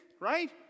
right